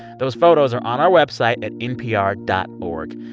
those photos are on our website at npr dot org.